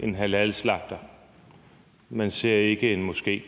en halalslagter, og man ser ikke en moské.